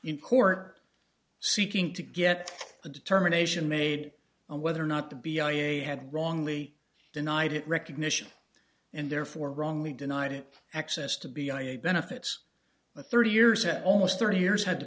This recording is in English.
in court seeking to get a determination made on whether or not to be i e had wrongly denied it recognition and therefore wrongly denied it access to be on a benefits of thirty years had almost thirty years had